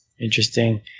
Interesting